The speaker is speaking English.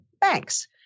banks